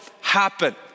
happen